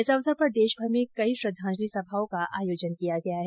इस अवसर पर देशभर मे कई श्रद्वांजलि सभाओं का आयोजन किया गया है